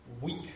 week